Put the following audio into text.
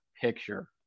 picture